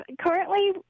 Currently